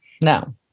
no